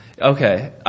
Okay